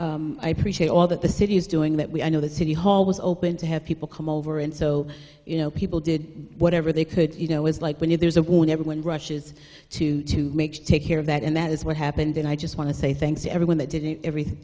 appreciate all that the city is doing that we i know that city hall was open to have people come over and so you know people did whatever they could you know was like when you there's a when everyone rushes to to make take care of that and that is what happened and i just want to say thanks to everyone that didn't everything